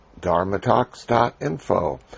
dharmatalks.info